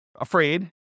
afraid